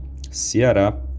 Ceará